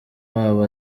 wabo